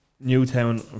Newtown